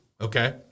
Okay